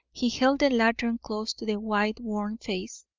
he held the lantern close to the white, worn face.